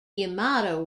yamato